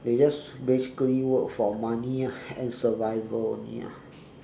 they just basically work for money ah and survival only ah